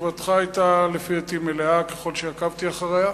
ותשובתך היתה לפי דעתי מלאה, ככל שעקבתי אחריה,